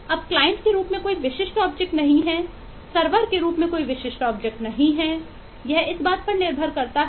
अब क्लाइंट में है